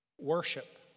worship